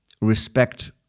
respect